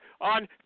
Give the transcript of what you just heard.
on